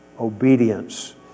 obedience